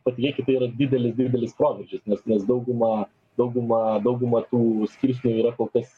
padėkit tai yra didelis didelis proveržis nes nes dauguma dauguma dauguma tų skirsnių yra kol kas